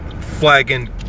flagging